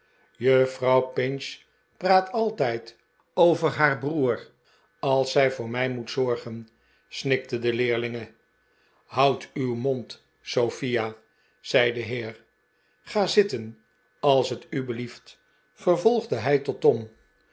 juffrouw pinch praat altijd over haar broer als zij voor mij moet zorgen snikte de leerlinge houd uw mond sophia zei de heer ga zitten als t u belieft vervolgde hij tot tom